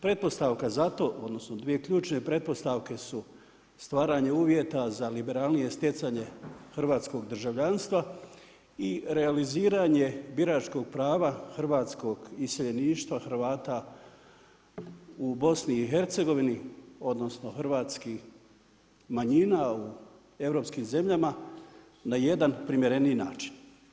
Pretpostavka za to, odnosno dvije ključne pretpostavke su stvaranje uvjeta za liberalnije stjecanje hrvatskog državljanstva i realiziranje biračkog prava hrvatskog iseljeništva, Hrvata u BiH-u, odnosno hrvatskim manjina u europskim zemljama na jedna primjereniji način.